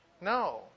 No